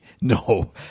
no